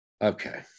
Okay